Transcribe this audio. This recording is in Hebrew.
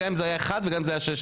גם אם זה היה אחד וגם אם זה היה 16,